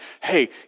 hey